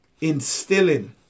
instilling